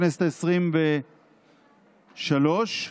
בכנסת העשרים-ושלוש,